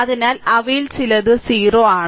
അതിനാൽ അവയിൽ ചിലത് 0 ആണ്